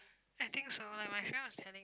I think so like my friend was telling